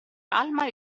calma